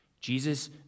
Jesus